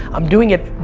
i'm doing it,